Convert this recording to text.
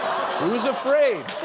who's afraid?